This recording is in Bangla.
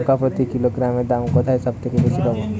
লঙ্কা প্রতি কিলোগ্রামে দাম কোথায় সব থেকে বেশি পাব?